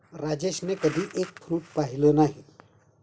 राजेशने कधी egg fruit पाहिलं नाही